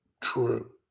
true